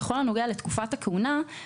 בכל הנוגע לתקופת הכהונה,